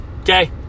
Okay